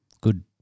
Good